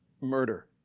murder